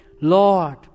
Lord